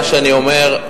מה שאני אומר,